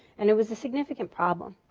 and it was a significant problem.